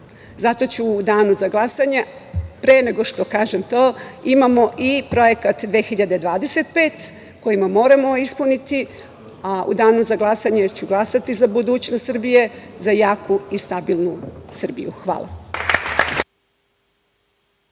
Zato ću u danu za glasanje, pre nego što kažem to, imamo i Projekat „2025“ koji moramo ispuniti, glasati za budućnost Srbije, za jaku i stabilnu Srbiju. Hvala.